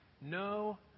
no